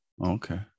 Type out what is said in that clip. okay